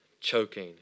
choking